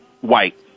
white